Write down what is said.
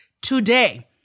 Today